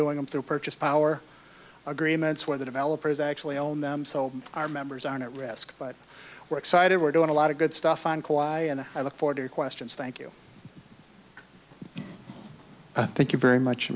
doing them through purchase power agreements where the developers actually own them so our members aren't at risk but we're excited we're doing a lot of good stuff on quiet and i look forward to questions thank you thank you very much